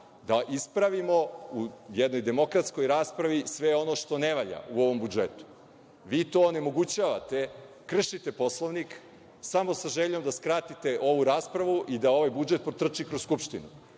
da ispravimo u jednoj demokratskoj raspravi sve ono što ne valja u ovom budžetu. Vi to onemogućavate, kršite Poslovnik samo sa željom da skratite ovu raspravu i da ovaj budžet protrči kroz Skupštinu. Molim